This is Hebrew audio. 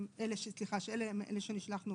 שאליהם נשלחנו